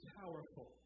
powerful